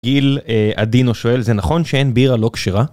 גיל עדינו שואל: זה נכון שאין בירה לא כשרה?